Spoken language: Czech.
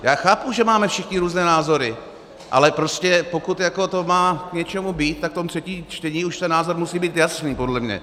Já chápu, že máme všichni různé názory, ale prostě pokud to má k něčemu být, tak v tom třetím čtení už ten názor musí být jasný podle mě.